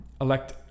elect